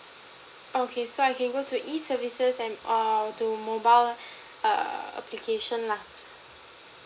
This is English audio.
okay so I can go to E services and err to mobile err application lah